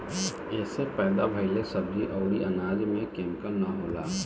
एसे पैदा भइल सब्जी अउरी अनाज में केमिकल ना होला